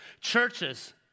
Churches